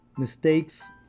Mistakes